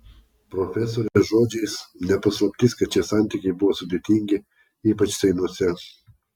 profesorės žodžiais ne paslaptis kad šie santykiai buvo sudėtingi ypač seinuose